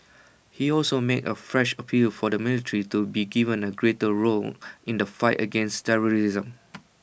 he also made A fresh appeal for the military to be given A greater role in the fight against terrorism